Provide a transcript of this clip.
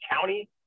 County